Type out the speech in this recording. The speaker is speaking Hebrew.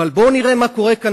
אבל בואו נראה מה קורה כאן,